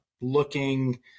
looking